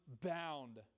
bound